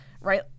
Right